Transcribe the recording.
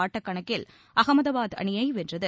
ஆட்டக்கணக்கில் அகமதாபாத் அணியை வென்றது